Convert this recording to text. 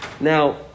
Now